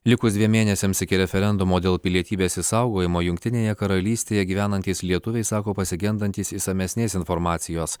likus dviem mėnesiams iki referendumo dėl pilietybės išsaugojimo jungtinėje karalystėje gyvenantys lietuviai sako pasigendantys išsamesnės informacijos